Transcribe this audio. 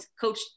coach